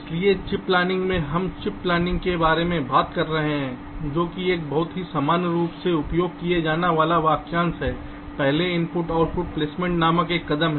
इसलिए chip planning में हम चिप प्लानिंग के बारे में बात कर रहे हैं जो कि एक बहुत ही सामान्य रूप से उपयोग किया जाने वाला वाक्यांश है पहले I O प्लेसमेंट नामक एक कदम है